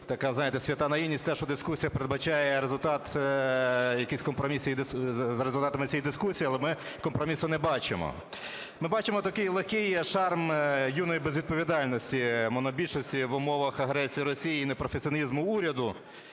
свята наївність в те, що дискусія передбачає результат, якийсь компроміси за результатами цієї дискусії. Але ми компромісу не бачимо. Ми бачимо такий лакея шарм юної безвідповідальності монобільшості в умовах агресії Росії і непрофесіоналізму уряду.